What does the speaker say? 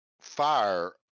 fire